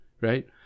right